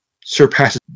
surpasses